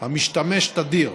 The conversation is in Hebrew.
המשתמש תדיר